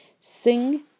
Sing